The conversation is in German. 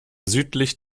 südlich